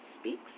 Speaks